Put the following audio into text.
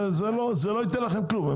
זה לא ייתן לכם כלום.